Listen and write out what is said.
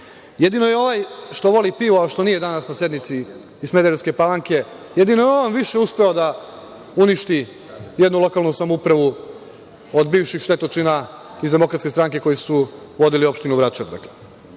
Jedino je ovaj što voli pivo, a što nije danas na sednici, iz Smederevske Palanke, jedino je on više uspeo da uništi jednu lokalnu samoupravu od bivših štetočina iz DS koji su vodili opštinu Vračar. Ali,